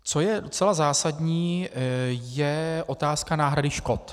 Co je docela zásadní, je otázka náhrady škod.